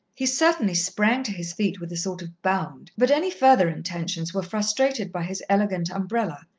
he certainly sprang to his feet with a sort of bound, but any further intentions were frustrated by his elegant umbrella,